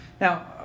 Now